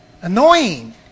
annoying